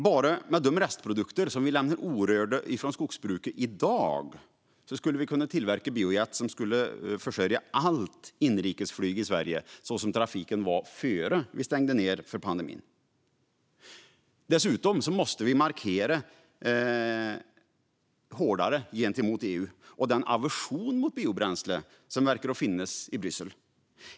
Bara med de restprodukter vi lämnar orörda från skogsbruket i dag skulle vi kunna tillverka biojet för allt inrikesflyg i Sverige, och då talar vi om trafiken sådan den var innan vi stängde ned för pandemin. Dessutom måste vi markera hårdare gentemot EU och den aversion mot biobränsle som verkar finnas i Bryssel.